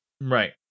Right